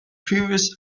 previous